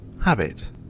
Habit